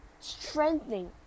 strengthening